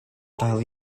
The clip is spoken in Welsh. dal